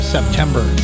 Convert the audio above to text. September